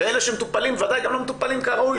ואלה שמטופלים ודאי גם לא מטופלים כראוי,